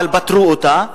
אבל פתרו אותה,